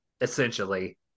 essentially